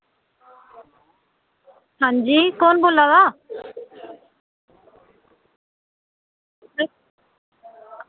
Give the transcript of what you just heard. आं जी कु'न बोल्ला दा